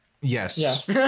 Yes